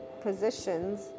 positions